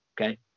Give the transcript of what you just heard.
Okay